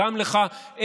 גם לך,